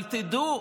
אבל תדעו,